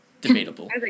Debatable